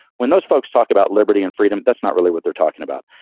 when those folks talk about liberty and freedom, that's not really what they're talking about.